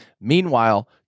Meanwhile